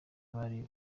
bari